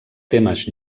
temes